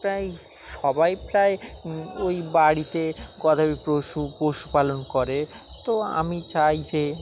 প্রায় সবাই প্রায় ওই বাড়িতে গবাদি পশু পশুপালন করে তো আমি চাই যে